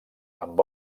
amb